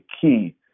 key